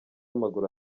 amaguru